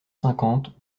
cinquante